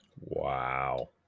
Wow